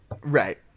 Right